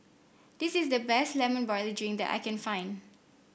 this is the best Lemon Barley Drink that I can find